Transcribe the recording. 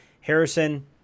Harrison